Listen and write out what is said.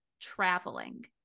traveling